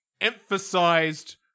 emphasized